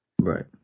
Right